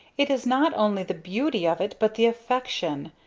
it is not only the beauty of it, but the affection!